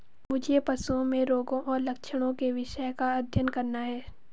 मुझे पशुओं में रोगों और लक्षणों के विषय का अध्ययन करना है